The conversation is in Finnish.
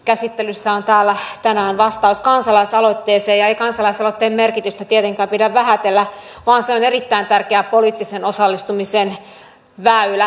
käsittelyssä on täällä tänään vastaus kansalaisaloitteeseen eikä kansalaisaloitteen merkitystä tietenkään pidä vähätellä vaan se on erittäin tärkeä poliittisen osallistumisen väylä